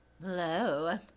Hello